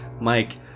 Mike